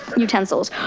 utensils,